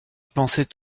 pensait